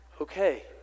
okay